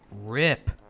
Rip